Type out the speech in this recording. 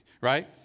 right